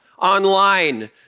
online